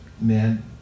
man